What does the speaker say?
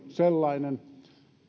sellainen